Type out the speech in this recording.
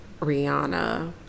Rihanna